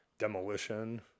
Demolition